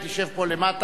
היא תשב פה למטה,